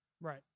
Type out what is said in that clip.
right